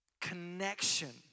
Connection